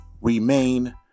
remain